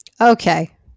Okay